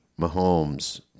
Mahomes